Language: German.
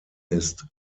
ist